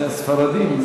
זה הספרדים.